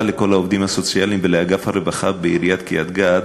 לכל העובדים הסוציאליים ולאגף הרווחה בעיריית קריית-גת,